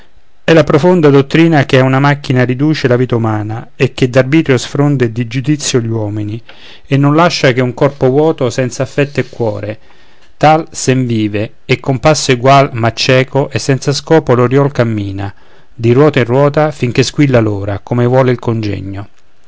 è la profonda dottrina che a una macchina riduce la vita umana e che d'arbitrio sfronda e di giudizio gli uomini e non lascia che un corpo vuoto senza affetto e cuore tal sen vive e con passo egual ma cieco e senza scopo l'oriol cammina di ruota in ruota fin che squilla l'ora come vuole il congegno